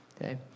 okay